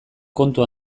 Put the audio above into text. kontu